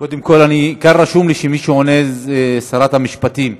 קודם כול, כאן רשום לי שעונה שרת המשפטים.